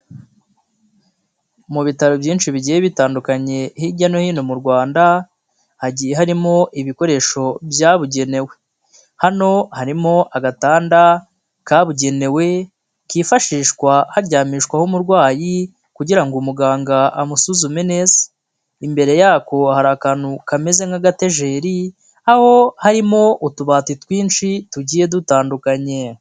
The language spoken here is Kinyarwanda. Mu bitaro byinshi bigiye bitandukanye hirya no hino mu rwanda hagiye harimo ibikoresho byabugenewe hano harimo agatanda kabugenewe kifashishwa haryamishwaho umurwayi kugira ngo muganga amusuzume neza, imbere yako hari akantu kameze nk'agatajeri aho harimo utubati twinshi tugiye dutandukanye.